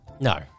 No